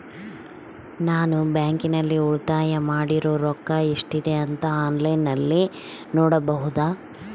ನಾನು ಬ್ಯಾಂಕಿನಲ್ಲಿ ಉಳಿತಾಯ ಮಾಡಿರೋ ರೊಕ್ಕ ಎಷ್ಟಿದೆ ಅಂತಾ ಆನ್ಲೈನಿನಲ್ಲಿ ನೋಡಬಹುದಾ?